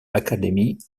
academy